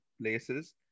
places